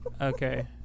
Okay